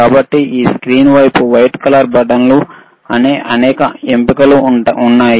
కాబట్టి ఈ స్క్రీన్ వైపు వైట్ కలర్ బటన్లు అనేక ఎంపికలు ఉన్నాయి